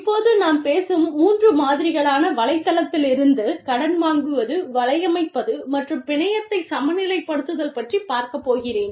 இப்போது நாம் பேசும் மூன்று மாதிரிகளான வலைத்தளத்திலிருந்து கடன் வாங்குவது வலையமைப்பது மற்றும் பிணையத்தை சமநிலைப்படுத்துதல் பற்றிப் பார்க்க போகிறேன்